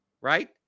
right